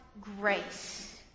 grace